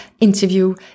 interview